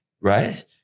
right